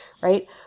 right